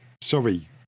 sorry